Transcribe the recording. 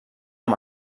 amb